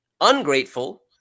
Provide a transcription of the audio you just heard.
ungrateful